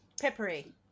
peppery